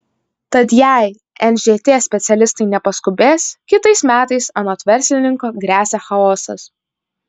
tad jei nžt specialistai nepaskubės kitais metais anot verslininko gresia chaosas